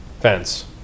fence